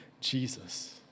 Jesus